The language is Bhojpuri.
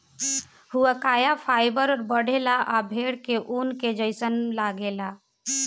हुआकाया फाइबर बढ़ेला आ भेड़ के ऊन के जइसन लागेला